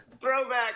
throwback